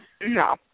No